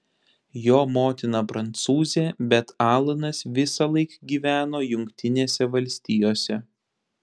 jo motina prancūzė bet alanas visąlaik gyveno jungtinėse valstijose